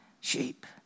sheep